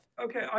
Okay